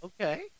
Okay